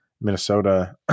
Minnesota